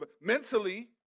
Mentally